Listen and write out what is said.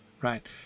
right